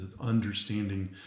understanding